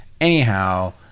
anyhow